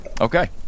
Okay